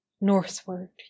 Northward